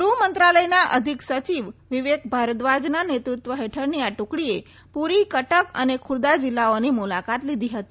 ગૃહમંત્રાલયના અધિક સચિવ વિવેક ભારદ્વાજના નેત્રત્વ હેઠળની આ ટુકડીએ પુરી કટક અને ખુરદા જિલ્લાઓની મુલાકાત લીધી હતી